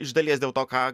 iš dalies dėl to ką